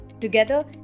Together